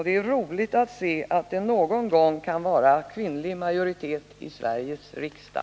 Det är roligt att se att det någon gång kan vara kvinnlig majoritet i Sveriges riksdag.